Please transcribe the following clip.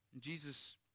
Jesus